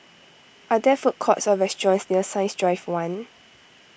are there food courts or restaurants near Science Drive one